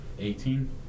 Eighteen